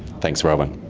thanks robyn.